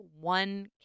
one